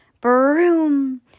Broom